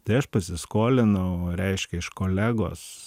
tai aš pasiskolinau reiškia iš kolegos